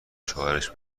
شوهرش